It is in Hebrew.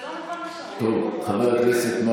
יש לנו את הנציגה